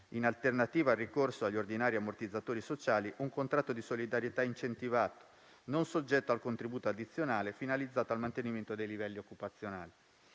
in alternativa al ricorso agli ordinari ammortizzatori sociali, un contratto di solidarietà incentivato, non soggetto al contributo addizionale, finalizzato al mantenimento dei livelli occupazionali.